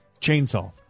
chainsaw